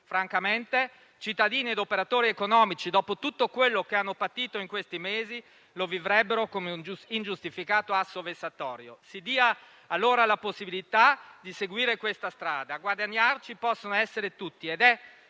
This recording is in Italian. Francamente cittadini e operatori economici, dopo tutto quello che hanno patito in questi mesi, lo vivrebbero come un ingiustificato atto vessatorio. Si dia allora la possibilità di seguire questa strada: a guadagnarci possono essere tutti. È